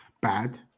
bad